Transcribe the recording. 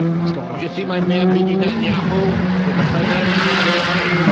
like let's go and yeah see my man. bibi netanyahu with the president the other night.